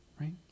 Right